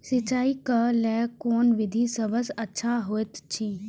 सिंचाई क लेल कोन विधि सबसँ अच्छा होयत अछि?